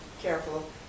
careful